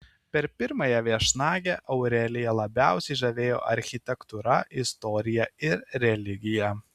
per pirmąją viešnagę aureliją labiausiai žavėjo architektūra istorija ir religija